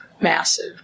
massive